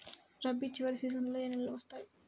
రబీ చివరి సీజన్లో ఏ నెలలు వస్తాయి?